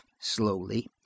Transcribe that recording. Slowly